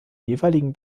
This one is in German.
jeweiligen